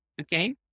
Okay